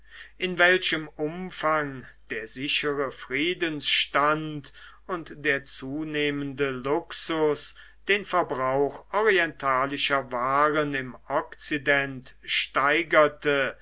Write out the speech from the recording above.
in welchem umfang der sichere friedensstand und der zunehmende luxus den verbrauch orientalischer waren im okzident steigerte